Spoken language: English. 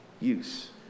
use